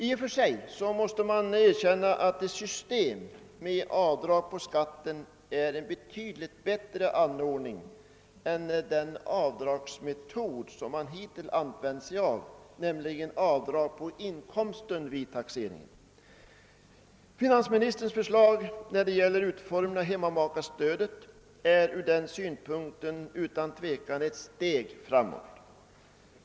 I och för sig måste man erkänna, att ett system med avdrag på skatten är en betydligt bättre anordning än den avdragsmetod som man hittills använt sig av — avdrag på inkomsten vid taxeringen. Finansministerns förslag om utformningen av hemmamakestödet är ur den synpunkten utan tvekan ett steg framåt.